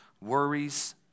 worries